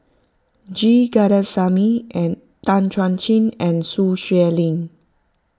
G Kandasamy and Tan Chuan Jin and Sun Xueling